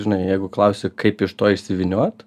žinai jeigu klausi kaip iš to išsivyniot